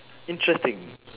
interesting